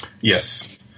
Yes